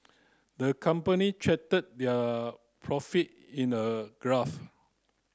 the company charted their profit in a graph